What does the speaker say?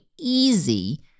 easy